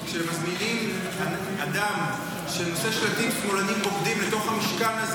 כשאתם מזמינים את רמי בן יהודה לבית הזה,